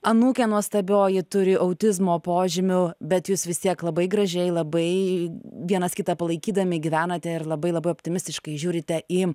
anūkė nuostabioji turi autizmo požymių bet jūs vis tiek labai gražiai labai vienas kitą palaikydami gyvenate ir labai labai optimistiškai žiūrite į